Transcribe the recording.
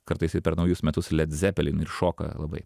kartais ir per naujus metus led zepelin ir šoka labai